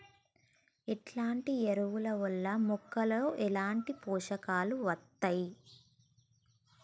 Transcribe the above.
ఎట్లాంటి ఎరువుల వల్ల మొక్కలలో ఎట్లాంటి పోషకాలు వత్తయ్?